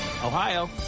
Ohio